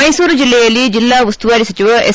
ಮೈಸೂರು ಜಿಲ್ಲೆಯಲ್ಲಿ ಜಿಲ್ಲಾ ಉಸ್ತುವಾರಿ ಸಚಿವ ಎಸ್